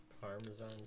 Parmesan